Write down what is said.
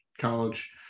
college